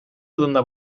yılında